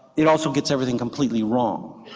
it also gets everything completely wrong.